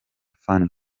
fan